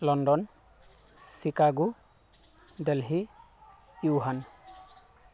London Chicago Delhi Yohan